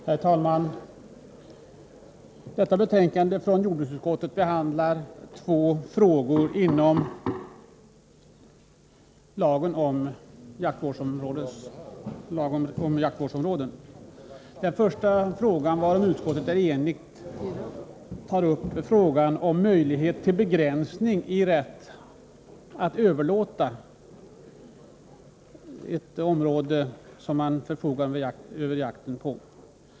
Herr talman! Detta betänkande från jordbruksutskottet behandlar två frågor som faller inom lagen om jaktvårdsområden. Den första frågan, varom utskottet är enigt, gäller möjligheterna till begränsning i rätten att överlåta jakträtt på ett markområde inom ett jaktvårdsområde.